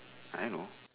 I know